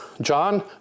John